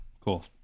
cool